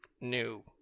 new